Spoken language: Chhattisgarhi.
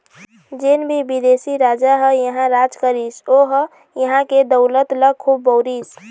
जेन भी बिदेशी राजा ह इहां राज करिस ओ ह इहां के दउलत ल खुब बउरिस